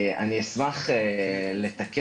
אני אשמח לתקן